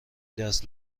دست